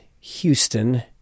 Houston